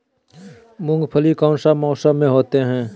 मूंगफली कौन सा मौसम में होते हैं?